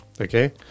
Okay